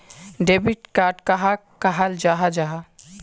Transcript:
Debit card कहाक कहाल जाहा जाहा?